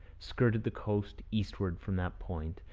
skirted the coast eastward from that point,